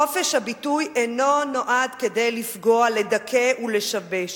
חופש הביטוי אינו נועד לפגוע, לדכא ולשבש.